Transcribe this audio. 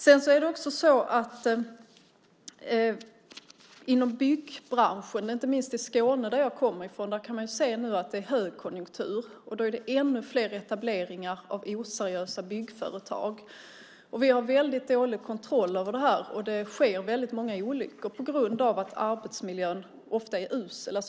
Sedan är det också så att inom byggbranschen, inte minst i Skåne, som jag kommer ifrån, kan man se att det nu är högkonjunktur. Då är det ännu fler etableringar av oseriösa byggföretag. Vi har väldigt dålig kontroll över det här, och det sker väldigt många olyckor på grund av att arbetsmiljön ofta är usel.